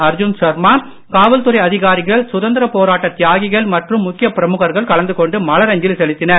அர்ஜூன் சர்மா காவல்துறை அதிகாரிகள் சுதந்திர போராட்ட தியாகிகள் மற்றும் முக்கிய பிரழுகர்கள் கலந்து கொண்டு மலரஞ்சலி செலுத்தினர்